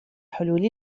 حلول